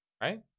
right